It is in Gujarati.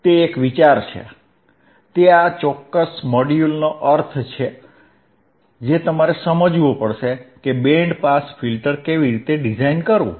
તે એક વિચાર છે તે આ ચોક્કસ મોડ્યુલનો અર્થ છે જે તમારે સમજવું પડશે કે બેન્ડ પાસ ફિલ્ટર કેવી રીતે ડિઝાઇન કરવું